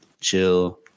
chill